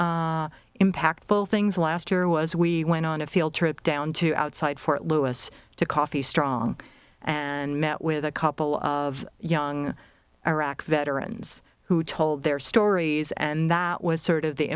things last year was we went on a field trip down to outside fort lewis to coffee strong and met with a couple of young iraq veterans who told their stories and that was sort of the